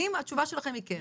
האם התשובה שלכם היא כן?